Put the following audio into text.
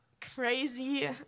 crazy